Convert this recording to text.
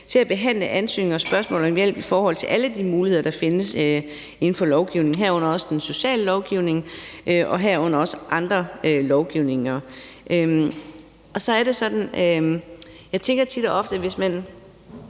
til at behandle ansøgninger og spørgsmål om hjælp i forhold til alle de muligheder, der findes inden for lovgivningen, herunder også den sociale lovgivning og også andre lovgivninger. Jeg tænker tit og ofte, at hvis man